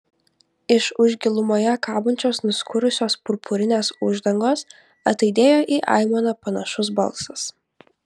iš už gilumoje kabančios nuskurusios purpurinės uždangos ataidėjo į aimaną panašus balsas